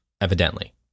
evidently